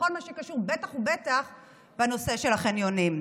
בטח ובטח בנושא של החניונים.